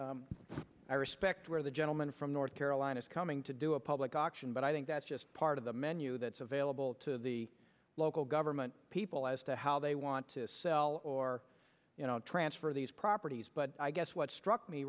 i respect where the gentleman from north carolina is coming to do a public auction but i think that's just part of the menu that's available to the local government people as to how they want to sell or you know transfer these properties but i guess what struck me